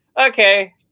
okay